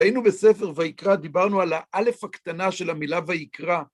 היינו בספר ויקרא, דיברנו על האלף הקטנה של המילה ויקרא.